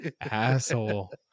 Asshole